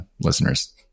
listeners